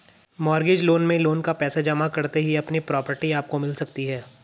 mortgage loan में loan का पैसा जमा करते ही अपनी प्रॉपर्टी आपको मिल सकती है